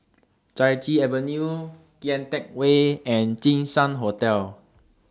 Chai Chee Avenue Kian Teck Way and Jinshan Hotel